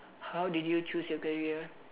how did you choose your career